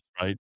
right